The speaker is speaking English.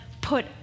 put